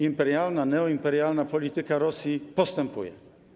Imperialna, neoimperialna polityka Rosji postępuje.